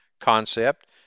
concept